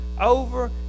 over